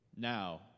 Now